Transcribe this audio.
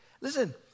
Listen